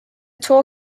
tour